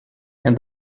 and